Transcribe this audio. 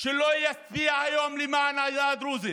שלא יצביע היום למען העדה הדרוזית,